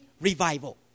revival